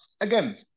again